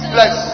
Bless